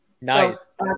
Nice